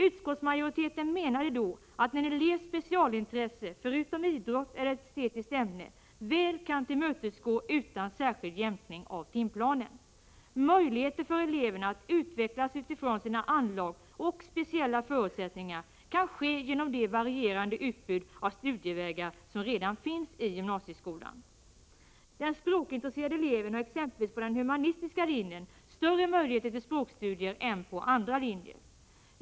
Utskottsmajoriteten menade då att en elevs specialintresse, förutom idrott eller ett estetiskt ämne, väl kan tillmötesgås utan särskild jämkning av timplanen. Möjligheter för eleverna att utvecklas utifrån sina anlag och speciella förutsättningar kan ges genom det varierande utbud av studievägar som redan finns i gymnasieskolan. Den språkintresserade eleven har exempelvis på den humanistiska linjen större möjlighet till språkstudier än på andra linjer.